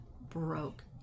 broke